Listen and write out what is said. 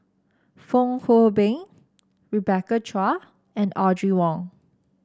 Fong Hoe Beng Rebecca Chua and Audrey Wong